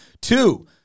Two